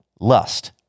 lust